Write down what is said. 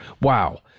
Wow